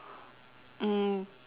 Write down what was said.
um